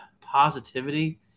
positivity